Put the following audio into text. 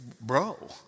bro